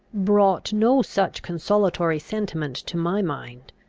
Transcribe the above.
brought no such consolatory sentiment to my mind.